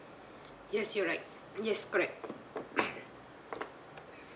yes you right yes correct